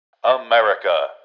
America